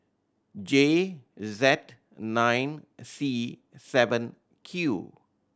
J Z nine C seven Q